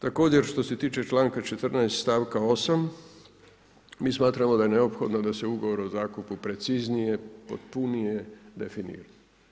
Također štose tiče članka 14. stavka 8. mi smatramo da je neophodno da se ugovor o zakupu preciznije, potpunije definira.